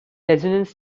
resonance